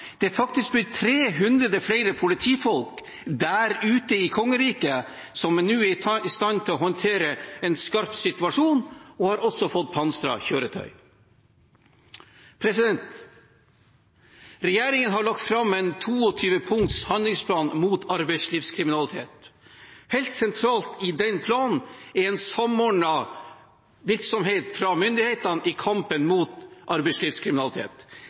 Det er faktisk blitt 300 flere politifolk ute i kongeriket. De er nå er i stand til å handtere en skarp situasjon og har også fått pansret kjøretøy. Regjeringen har lagt fram en 22 punkts handlingsplan mot arbeidslivskriminalitet. Helt sentralt i den planen er en samordnet virksomhet fra myndighetene i kampen mot arbeidslivskriminalitet.